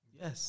Yes